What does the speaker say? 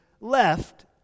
left